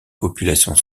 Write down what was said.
populations